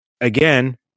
again